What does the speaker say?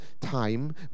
time